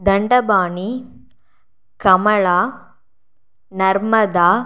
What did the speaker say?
Dandapani Kamala Narmada